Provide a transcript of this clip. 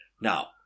Now